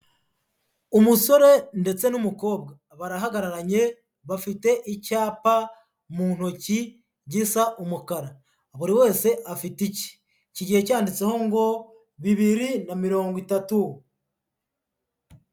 Umusore ndetse n'umukobwa barahagararanye bafite icyapa mu ntoki gisa umukara, buri wese afite icye, kigiye cyanditseho ngo bibiri na mirongo itatu.